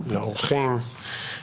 לאורחים.